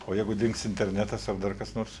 o jeigu dings internetas ar dar kas nors